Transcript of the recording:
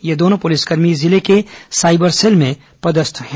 ये दोनों पुलिसकर्मी जिले के साइबर सेल में पदस्थ हैं